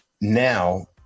now